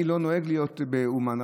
אני לא נוהג להיות באומן,